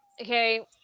okay